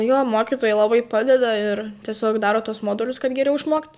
jo mokytojai labai padeda ir tiesiog daro tuos modulius kad geriau išmokt